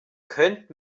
könnt